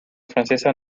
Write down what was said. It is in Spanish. francesa